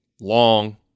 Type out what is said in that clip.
long